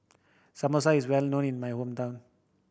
Samosa is well known in my hometown